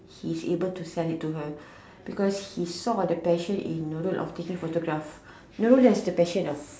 he's able to sell it to her because he saw the passion in Nurul of taking photograph Nurul has the passion of